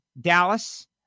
Dallas